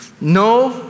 No